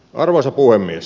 arvoisa puhemies